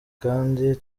kandi